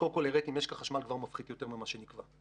וכבר הראיתי שמשק החשמל כבר מפחית יותר ממה שנקבע.